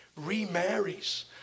remarries